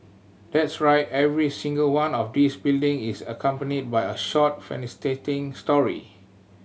that's right every single one of these building is accompanied by a short fascinating story